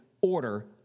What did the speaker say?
order